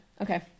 okay